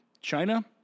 China